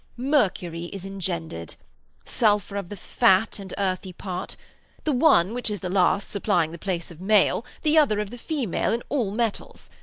mercury is engender'd sulphur of the fat and earthy part the one, which is the last, supplying the place of male, the other of the female, in all metals.